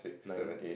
nine